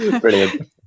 Brilliant